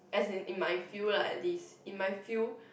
as in in my field lah this in my field